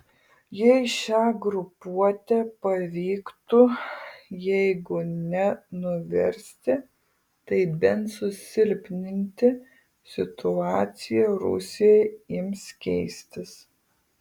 jei šią grupuotę pavyktų jeigu ne nuversti tai bent susilpninti situacija rusijoje ims keistis